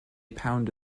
pound